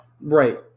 Right